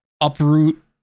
uproot